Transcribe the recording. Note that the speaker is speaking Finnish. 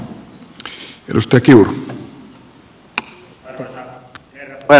arvoisa herra puhemies